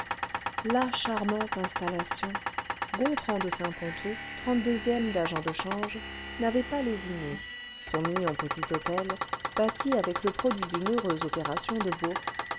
la charmante installation gontran de saint ponto trente-deuxième d'agent de change n'avait pas lésiné son mignon petit hôtel bâti avec le produit d'une heureuse opération de bourse